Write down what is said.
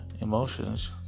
emotions